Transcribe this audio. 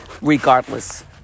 regardless